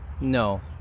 no